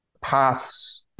pass